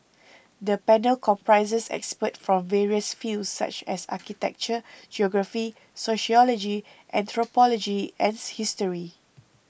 the panel comprises experts from various fields such as architecture geography sociology anthropology and history